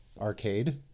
Arcade